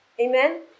Amen